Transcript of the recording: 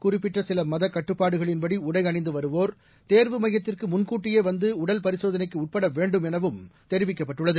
குறிப்பிட்ட சில மதக் கட்டுப்பாடுகளின்படி உடை அணிந்து வருவோர் தேர்வு மையத்திற்கு முன்கூட்டியே வந்து உடல் பரிசோதனைக்கு உட்பட வேண்டும் எனவும் தெரிவிக்கப்பட்டுள்ளது